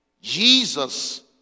Jesus